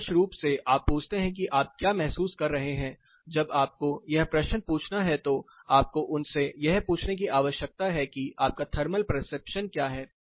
आदर्श रूप से आप पूछते हैं कि आप क्या महसूस कर रहे हैं जब आपको यह प्रश्न पूछना है तो आपको उनसे यह पूछने की आवश्यकता है कि आपका थर्मल परसेप्शन क्या है